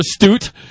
astute